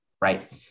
right